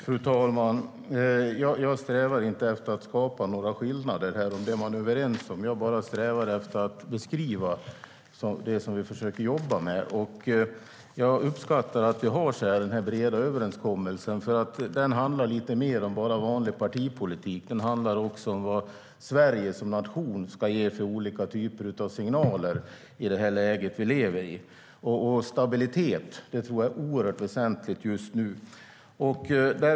Fru talman! Jag strävar inte efter att skapa några skillnader i det som man är överens om. Jag strävar bara efter att beskriva det som vi försöker jobba med. Jag uppskattar att vi har en bred överenskommelse. Den handlar om lite mer än bara vanlig partipolitik. Den handlar också om vad Sverige som nation ska ge för olika typer av signaler i det läge som vi befinner oss i. Just nu är det oerhört väsentligt med stabilitet.